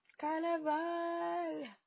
Carnival